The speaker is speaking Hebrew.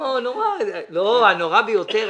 לא, לא הנורא ביותר.